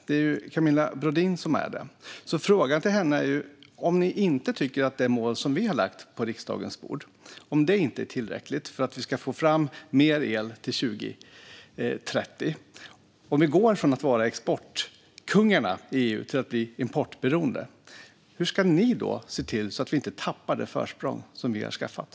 Det är Camilla Brodin som gör det, så min fråga till henne är: Om ni tycker att det mål som vi har lagt på riksdagens bord inte är tillräckligt för att vi ska få fram mer el till 2030 och om Sverige går från att vara exportkungen i EU till att bli importberoende, hur ska ni då se till att vi inte tappar det försprång som vi har skaffat?